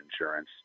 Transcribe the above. insurance